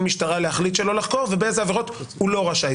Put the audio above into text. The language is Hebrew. משטרה להחליט שלא לחקור ובאיזה עבירות הוא לא רשאי,